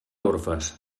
orfes